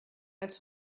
als